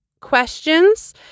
questions